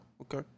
okay